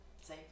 Say